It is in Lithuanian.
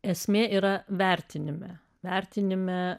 esmė yra vertinime vertinime